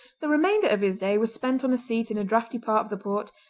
the remainder of his day was spent on a seat in a draughty part of the port,